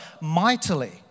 mightily